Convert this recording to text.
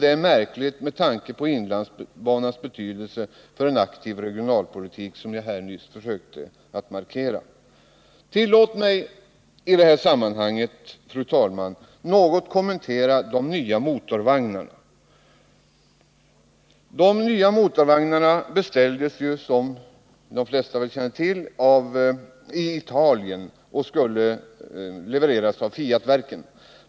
Detta är märkligt med tanke på inlandsbanans betydelse för en aktiv regionalpolitik, som jag nyss försökte påvisa. Tillåt mig i detta sammanhang, herr talman, något kommentera de nya motorvagnarna. Dessa beställdes ju, som de flesta väl känner till, av Fiat-verken i Italien.